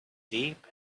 deep